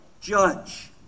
judge